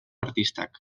artistak